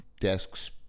desks